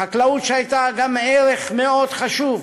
החקלאות, שהייתה גם ערך מאוד חשוב,